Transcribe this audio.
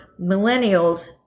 millennials